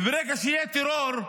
וברגע שיהיה טרור,